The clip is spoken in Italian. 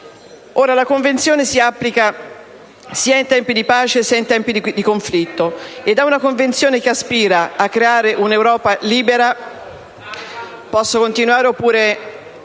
La Convenzione si applica sia in tempi di pace sia in tempi di conflitto ed è una Convenzione che aspira a creare un'Europa libera...